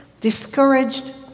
discouraged